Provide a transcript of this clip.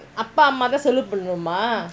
அப்பாஅம்மாதாசெலவுபண்ணனுமா:appa ammaatha selavu pannanuma